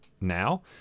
now